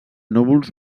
núvols